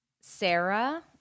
Sarah